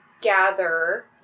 gather